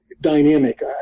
dynamic